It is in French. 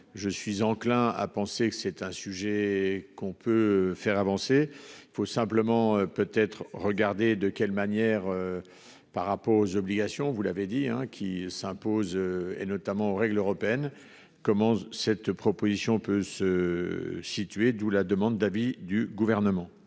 Je suis enclin à penser que c'est un sujet qu'on peut faire avancer, il faut simplement peut être regarder de quelle manière. Par rapport aux obligations, vous l'avez dit, qui s'impose et notamment aux règles européennes. Comment cette proposition peut se. Situer d'où la demande d'avis du gouvernement.